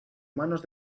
manos